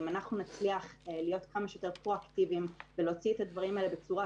באמצעות דוברים מהשטח ולא מהשטח,